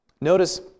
notice